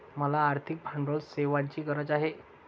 मला आर्थिक भांडवल सेवांची गरज आहे